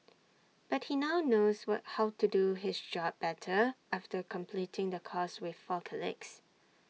but he now knows what how to do his job better after completing the course with four colleagues